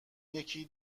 یکی